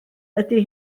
ydy